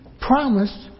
promised